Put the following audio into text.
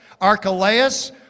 Archelaus